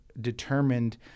determined